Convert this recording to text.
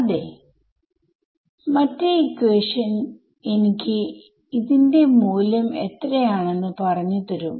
അതേ മറ്റേ ഇക്വേഷൻ എനിക്ക് ന്റെ മൂല്യം എത്രയാണെന്ന് പറഞ്ഞു തരും